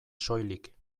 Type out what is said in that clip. soilik